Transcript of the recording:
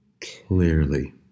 clearly